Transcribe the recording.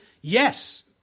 yes